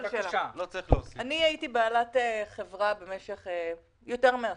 אני הייתי בעלת חברה במשך יותר מעשור.